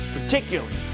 particularly